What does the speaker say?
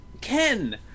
Ken